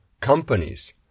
companies